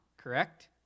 correct